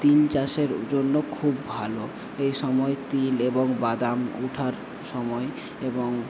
তিল চাষের জন্য খুব ভালো এই সময়ে তিল এবং বাদাম ওঠার সময় এবং